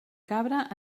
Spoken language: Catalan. cabra